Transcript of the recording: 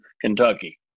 Kentucky